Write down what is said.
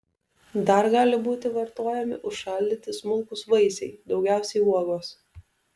dar gali būti vartojami užšaldyti smulkūs vaisiai daugiausiai uogos